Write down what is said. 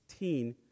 16